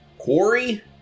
Quarry